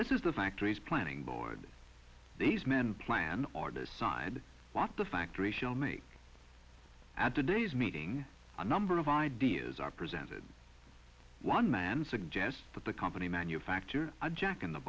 this is the factories planning board these men plan or decide what the factory show me at today's meeting a number of ideas are presented one man suggests that the company manufactures a jack in the